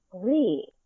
three